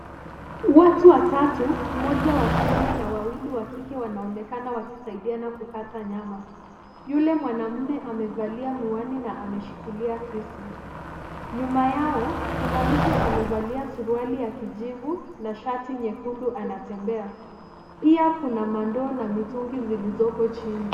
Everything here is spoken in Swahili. Watu watatu mmoja wa kiume na wawili wakike wanaonekana wakisaidiana kukata nyama. Yule mwanaume amevalia miwani na ameshikilia kisu. Nyuma yao, kuna mtu amevalia suruali ya kijivu na shati nyekundu anatembea. Pia kuna mandoo na mitungi zilizoko chini.